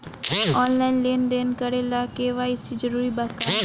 Online लेन देन करे ला के.वाइ.सी जरूरी बा का?